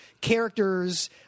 characters